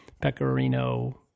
Pecorino